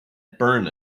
burn